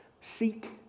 Seek